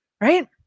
right